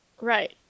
Right